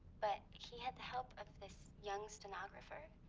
but he had the help of this young stenographer.